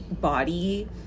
body